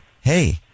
hey